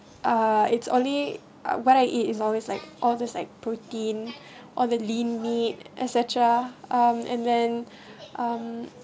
uh it's only uh what I eat is always like all this like protein all the lean meat etcetera um and then um